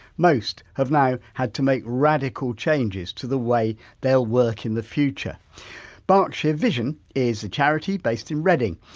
most have now had to make radical changes to the way they'll work in the future berkshire vision is a charity based in reading,